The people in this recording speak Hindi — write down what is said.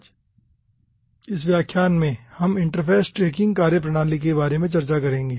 आज इस व्याख्यान में हम इंटरफ़ेस ट्रैकिंग कार्यप्रणाली के बारे में चर्चा करेंगे